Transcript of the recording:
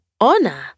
honor